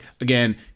again